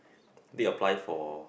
apply for